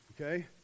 okay